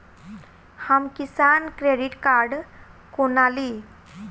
हम किसान credit card कोना ली?